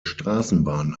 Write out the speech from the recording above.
straßenbahn